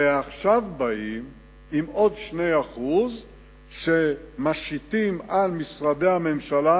ועכשיו באים עם עוד 2% שמשיתים על משרדי הממשלה,